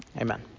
Amen